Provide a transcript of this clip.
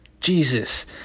Jesus